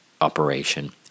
operation